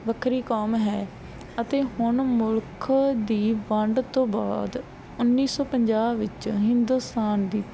ਵੱਖਰੀ ਕੌਮ ਹੈ ਅਤੇ ਹੁਣ ਮੁਲਕ ਦੀ ਵੰਡ ਤੋਂ ਬਾਅਦ ਉੱਨੀ ਸੌ ਪੰਜਾਹ ਵਿੱਚ ਹਿੰਦੁਸਤਾਨ ਦੀ